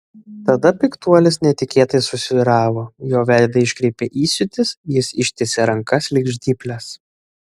tada piktuolis netikėtai susvyravo jo veidą iškreipė įsiūtis jis ištiesė rankas lyg žnyples